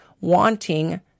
wanting